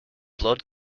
blood